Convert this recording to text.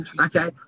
Okay